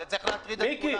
זה צריך להטריד את כולנו.